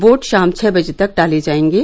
vote शाम छ बजे तक डाले जायेंगे